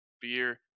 beer